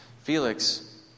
Felix